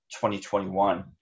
2021